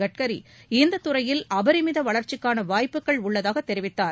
கட்கரி இந்தத் துறையில் அபரிமித வளர்ச்சிக்கான வாய்ப்புகள் உள்ளதாக தெரிவித்தார்